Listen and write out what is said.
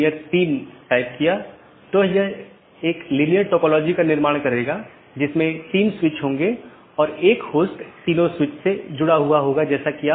तो इसका मतलब यह है कि OSPF या RIP प्रोटोकॉल जो भी हैं जो उन सूचनाओं के साथ हैं उनका उपयोग इस BGP द्वारा किया जा रहा है